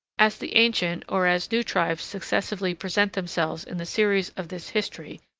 as the ancient, or as new tribes successively present themselves in the series of this history,